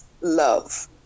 love